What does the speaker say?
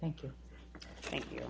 thank you thank you